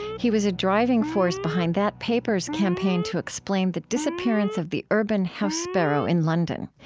he was a driving force behind that paper's campaign to explain the disappearance of the urban house sparrow in london.